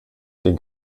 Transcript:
den